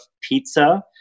pizza